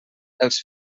els